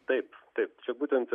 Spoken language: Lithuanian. taip taip būtent